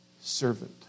servant